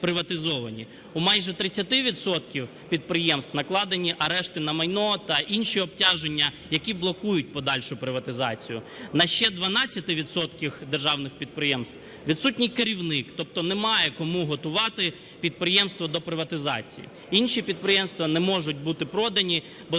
У майже 30 відсотків підприємств накладені арешти на майно та інші обтяження, які блокують подальшу приватизацію. На ще 12 відсотках державних підприємств відсутній керівник, тобто немає кому готувати підприємство до приватизації. Інші підприємства не можуть бути продані, бо